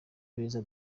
beza